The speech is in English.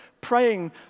praying